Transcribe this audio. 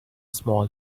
small